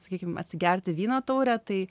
sakyki atsigerti vyno taurę tai